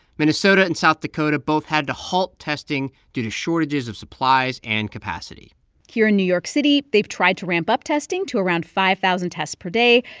minnesota and south dakota both had to halt testing due to shortages of supplies and capacity here in new york city, they've tried to ramp up testing to around five thousand tests per day,